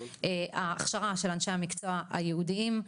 ההכשרה של אנשי המקצוע הייעודיים,